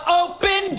open